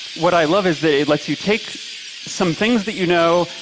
what i love is that it lets you take some things that you know,